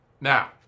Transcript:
Now